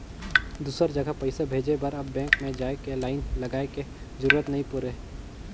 दुसर जघा पइसा भेजे बर अब बेंक में जाए के लाईन लगाए के जरूरत नइ पुरे